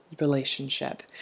relationship